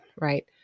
right